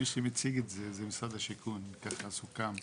מי שמציג את זה זה משרד השיכון, ככה סוכם.